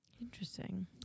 Interesting